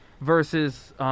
versus